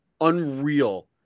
Unreal